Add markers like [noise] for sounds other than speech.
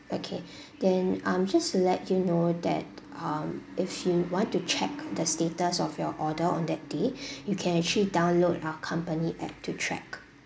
okay then um just to let you know that um if you want to check the status of your order on that day [breath] you can actually download our company app to track